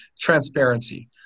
transparency